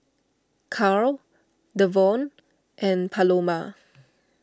Carl Devaughn and Paloma